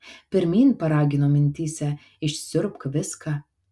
pirmyn paragino mintyse išsiurbk viską